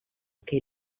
que